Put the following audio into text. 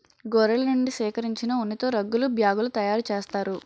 గొర్రెల నుండి సేకరించిన ఉన్నితో రగ్గులు బ్యాగులు తయారు చేస్తారు